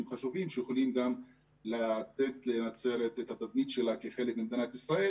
חשובים שיכולים לתת לנצרת את התדמית שלה כחלק ממדינת ישראל